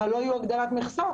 ולא יגדילו את המכסות,